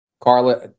Carla